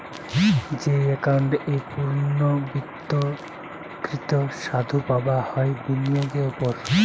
যেই একাউন্ট এ পূর্ণ্যাবৃত্তকৃত সুধ পাবা হয় বিনিয়োগের ওপর